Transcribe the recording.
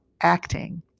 acting